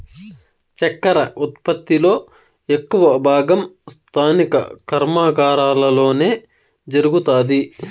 చక్కర ఉత్పత్తి లో ఎక్కువ భాగం స్థానిక కర్మాగారాలలోనే జరుగుతాది